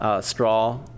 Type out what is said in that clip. Straw